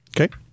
Okay